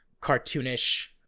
cartoonish